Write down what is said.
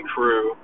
Crew